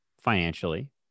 financially